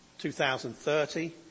2030